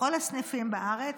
בכל הסניפים בארץ,